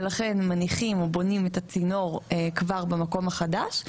ולכן מניחים ובונים את הצינור כבר במקום החדש,